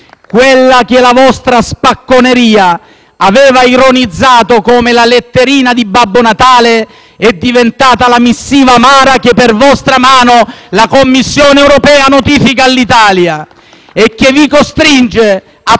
Quella che la vostra spacconeria aveva ironizzato come la letterina di Babbo Natale è diventata la missiva amara che, per vostra mano, la Commissione europea notifica all'Italia *(Applausi